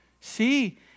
See